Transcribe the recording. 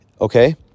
Okay